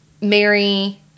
Mary